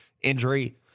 injury